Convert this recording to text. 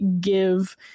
give